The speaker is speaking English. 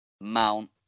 Mount